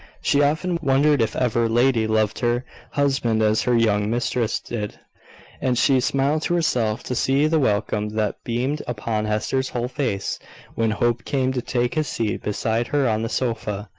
she often wondered if ever lady loved her husband as her young mistress did and she smiled to herself to see the welcome that beamed upon hester's whole face when hope came to take his seat beside her on the sofa.